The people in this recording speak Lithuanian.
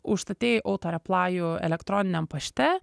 užstatei autoreplajų elektroniniam pašte